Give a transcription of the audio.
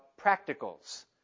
practicals